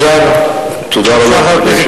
תודה רבה.